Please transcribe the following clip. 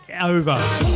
over